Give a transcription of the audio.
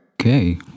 Okay